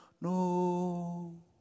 No